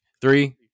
Three